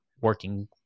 working